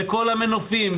בכל המנופים,